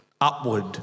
Upward